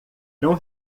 não